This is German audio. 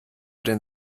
denn